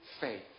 faith